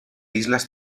islas